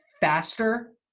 faster